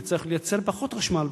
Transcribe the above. וצריך לייצר פחות חשמל,